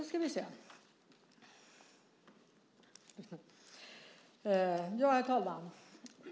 Herr talman!